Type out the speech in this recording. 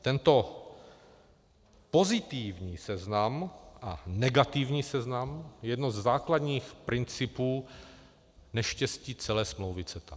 Tento pozitivní seznam a negativní seznam je jeden ze základních principů neštěstí celé smlouvy CETA.